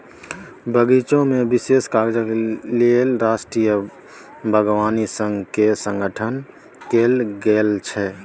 बगीचामे विशेष काजक लेल राष्ट्रीय बागवानी संघ केर गठन कैल गेल छल